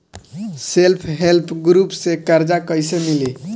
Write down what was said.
Self help group से कर्जा कईसे मिली?